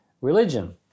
religion